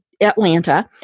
Atlanta